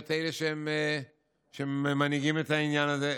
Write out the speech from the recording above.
להיות אלה שמנהיגים את העניין הזה,